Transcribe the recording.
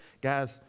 Guys